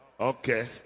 Okay